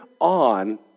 on